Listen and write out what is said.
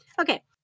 Okay